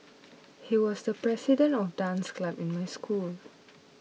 he was the president of dance club in my school